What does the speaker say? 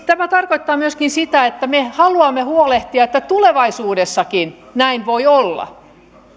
tämä tarkoittaa myöskin sitä että me haluamme huolehtia että tulevaisuudessakin näin voi olla